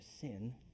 sin